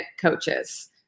coaches